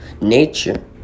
nature